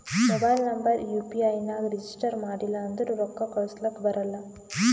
mobile number U P I ನಾಗ್ register ಮಾಡಿಲ್ಲ ಅಂದುರ್ ರೊಕ್ಕಾ ಕಳುಸ್ಲಕ ಬರಲ್ಲ